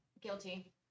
Guilty